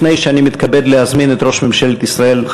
לפני שאני מתכבד להזמין את ראש ממשלת ישראל,